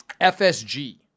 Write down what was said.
FSG